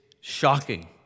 shocking